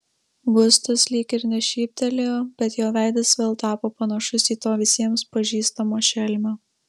gustas lyg ir nešyptelėjo bet jo veidas vėl tapo panašus į to visiems pažįstamo šelmio